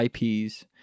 IPs